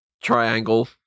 Triangle